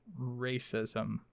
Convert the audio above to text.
racism